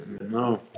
No